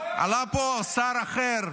עלה פה שר אחר,